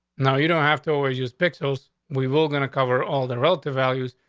now you don't have to always use pixels. we will going to cover all the relative values.